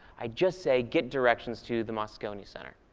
i just say, get directions to the moscone center.